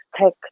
take